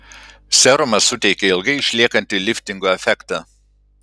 serumas suteikia ilgai išliekantį liftingo efektą